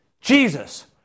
Jesus